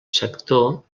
sector